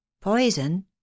Poison